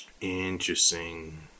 Interesting